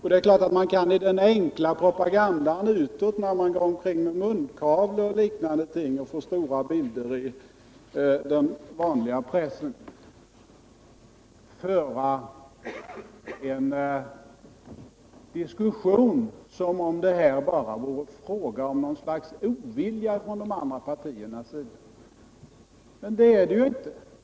I den enkla utåtriktade propagandan, då man går omkring med munkavle och liknande ting, så att man får stora bilder i pressen, är det klart att man kan föra en diskussion som om det här bara vore fråga om något slags ovilja från de andra partiernas sida. Men det är det ju inte.